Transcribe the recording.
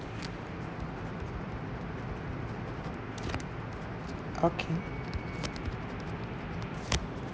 okay